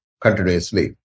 continuously